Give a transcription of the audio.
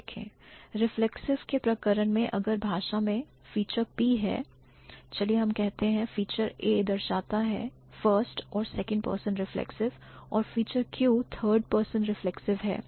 Reflexive के प्रकरण में अगर भाषा में फीचर P है चलिए हम कहते हैं फीचर A दर्शाता है first और second person reflexive और feature Q third person reflexive है